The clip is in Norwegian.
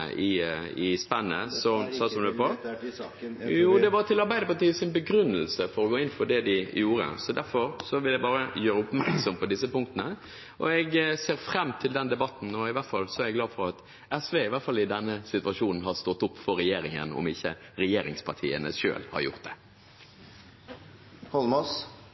i spennet … Dette er ikke til saken. Jo, det var til Arbeiderpartiets begrunnelse for å gå inn for det de gjorde, derfor vil jeg bare gjøre oppmerksom på disse punktene. Jeg ser fram til den debatten, og jeg er glad for at SV – i hvert fall i denne situasjonen – har stått opp for regjeringen, om ikke regjeringspartiene selv har gjort det. Jeg er sikker på at det gir representanten Holmås